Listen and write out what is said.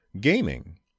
gaming